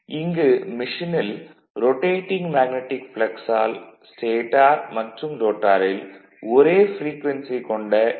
இங்கு மெஷினில் rotating magnetic ப்ளக்ஸால் ஸ்டேடார் மற்றும் ரோட்டாரில் ஒரே ப்ரீக்வென்சி கொண்ட ஈ